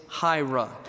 Hira